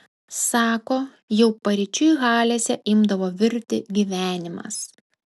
sako jau paryčiui halėse imdavo virti gyvenimas